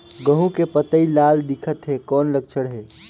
गहूं के पतई लाल दिखत हे कौन लक्षण हे?